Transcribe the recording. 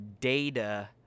data